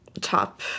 top